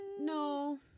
No